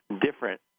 different